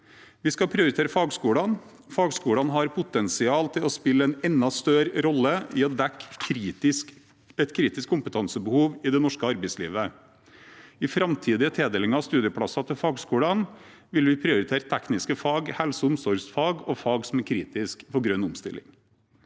Vi skal prioritere fagskolene. Fagskolene har potensial til å spille en enda større rolle i å dekke et kritisk kompetansebehov i det norske arbeidslivet. I framtidige tildelinger av studieplasser til fagskolene vil vi prioritere tekniske fag, helse- og omsorgsfag og fag som er kritiske for grønn omstilling.